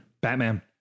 Batman